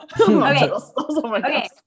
Okay